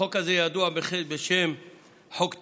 החוק הזה ידוע בשם "חוק טיבי"